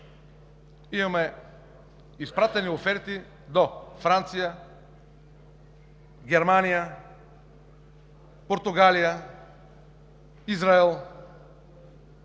имаме изпратени оферти до Франция, Германия, Португалия, Израел, пропускам